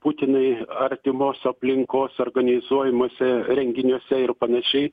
į putinui artimos aplinkos organizuojamuose renginiuose ir panašiai